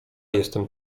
jestem